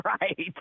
Right